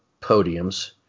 podiums